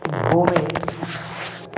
भूमेः